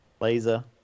laser